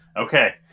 Okay